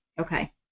Okay